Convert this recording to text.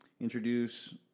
introduce